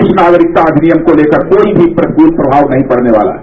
इस नागरिकता अधिनियम को लेकर कोई भी प्रतिकूल प्रमाव नहीं पड़ने वाला है